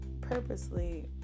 purposely